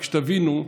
רק שתבינו,